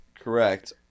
correct